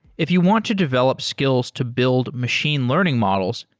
if you want to develop skills to build machine learning models,